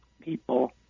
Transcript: people